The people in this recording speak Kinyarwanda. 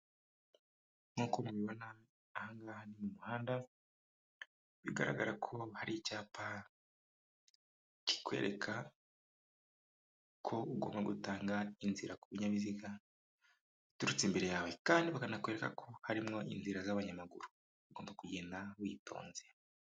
Nkuko mubibona aha ngaha ni mu muhanda, bigaragara ko hari icyapa kikwereka ko ugomba gutanga inzira ku binyabiziga biturutse imbere yawe, kandi bakanakwereka ko harimo inzira z'abanyamaguru ugomba kugenda witonze.